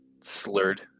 slurred